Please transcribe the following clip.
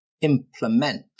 implement